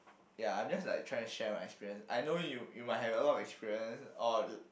ya I am just like trying to share my experience I know you you might have a lot of experience or